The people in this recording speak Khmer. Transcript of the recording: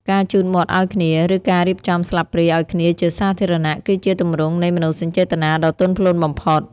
ការជូតមាត់ឱ្យគ្នា ឬការរៀបចំស្លាបព្រាឱ្យគ្នាជាសាធារណៈ គឺជាទម្រង់នៃមនោសញ្ចេតនាដ៏ទន់ភ្លន់បំផុត។